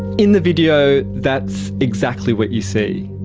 in the video that's exactly what you see.